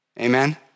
amen